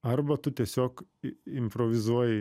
arba tu tiesiog i improvizuoji